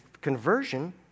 conversion